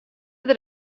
der